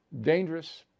dangerous